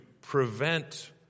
prevent